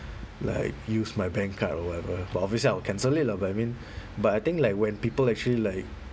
like use my bank card or whatever but obviously I will cancel it lah but I mean but I think like when people actually like